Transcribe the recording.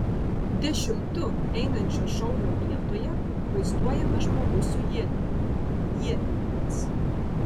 dešimtu einančio šaulio vietoje vaizduojamas žmogus su ietimi ietininkas